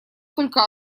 только